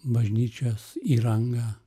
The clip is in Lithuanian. bažnyčios įranga